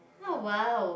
oh whoa